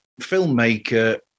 filmmaker